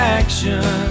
action